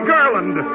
Garland